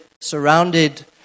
surrounded